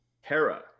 Hera